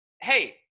Hey